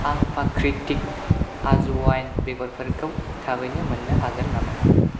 आं प्राकृतिक आज'वाइन बेगरफोरखौ थाबैनो मोननो हागोन नामा